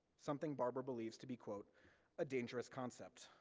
something barber believes to be a dangerous concept,